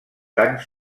tancs